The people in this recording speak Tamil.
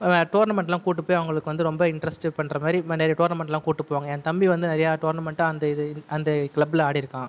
டோர்னமென்ட்லாம் கூட்டிகிட்டு போய் அவங்களுக்கு வந்து ரொம்ப இன்ட்ரெஸ்ட் பண்ணுற மாதிரி நிறைய டோர்னமென்ட்லாம் கூட்டிகிட்டு போவாங்க என் தம்பி வந்து நிறைய டோர்னமென்ட் அந்த அந்த க்ளப்பில் ஆடிருக்கான்